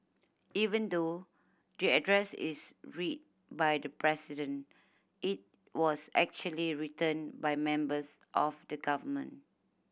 even though the address is read by the President it was actually written by members of the government